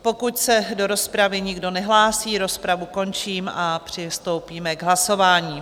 Pokud se do rozpravy nikdo nehlásí, rozpravu končím a přistoupíme k hlasování.